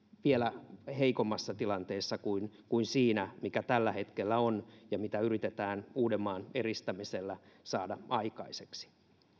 vielä heikommassa tilanteessa kuin kuin siinä mikä tällä hetkellä on ja mitä yritetään uudenmaan eristämisellä saada aikaiseksi